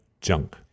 junk